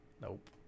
Nope